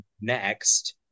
next